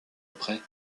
après